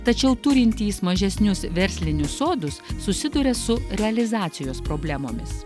tačiau turintys mažesnius verslinius sodus susiduria su realizacijos problemomis